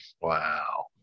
wow